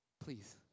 Please